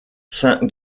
saint